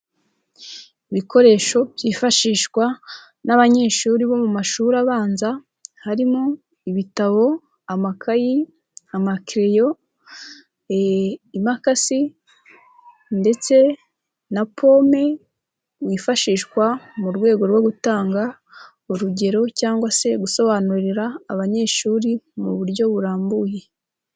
Ibikoresho byifashishwa n'abanyeshuri bo mu mashuri abanza, harimo: ibitabo, amakayi, amakereyo, imakasi ndetse na pome, yifashishwa mu rwego rwo gutanga urugero cyangwa se gusobanurira abanyeshuri mu buryo burambuye.